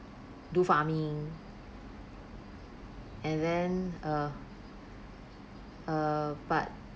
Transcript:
do farming and then uh uh but